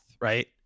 right